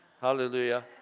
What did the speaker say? Hallelujah